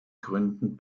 gründen